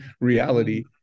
reality